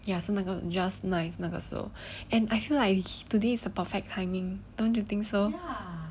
ya so 是那个 just nice 那个时候 and I feel like today is a perfect timing don't you think so